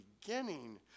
beginning